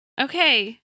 Okay